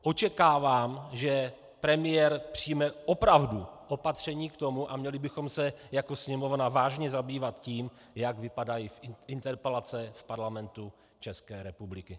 Očekávám, že premiér přijme opravdu opatření k tomu a měli bychom se jako Sněmovna vážně zabývat tím, jak vypadají interpelace v Parlamentu České republiky.